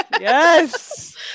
yes